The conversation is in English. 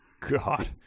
God